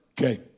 Okay